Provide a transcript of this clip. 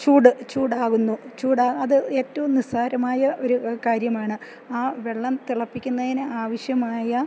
ചൂട് ചൂടാകുന്നു ചൂടാ അത് ഏറ്റവും നിസ്സാരമായ ഒരു കാര്യമാണ് ആ വെള്ളം തിളപ്പിക്കുന്നതിന് ആവശ്യമായ